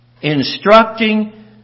instructing